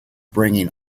bringing